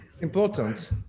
important